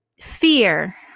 fear